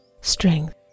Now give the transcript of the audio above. strength